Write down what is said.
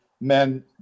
men